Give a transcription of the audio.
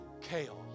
Chaos